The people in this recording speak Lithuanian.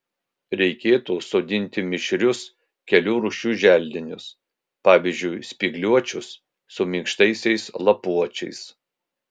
reikėtų sodinti mišrius kelių rūšių želdinius pavyzdžiui spygliuočius su minkštaisiais lapuočiais